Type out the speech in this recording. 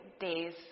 days